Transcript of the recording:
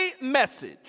message